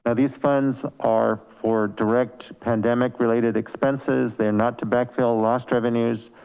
ah these funds are for direct pandemic related expenses. they're not to backfill lost revenues,